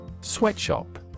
Sweatshop